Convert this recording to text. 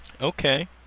Okay